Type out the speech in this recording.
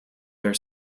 their